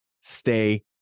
stay